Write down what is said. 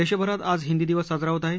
देशभरात आज हिंदी दिवस साजरा होत आहे